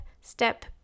step